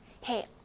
hey